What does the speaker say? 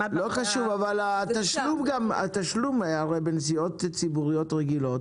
לא חשוב אבל התשלום בנסיעות ציבוריות רגילות,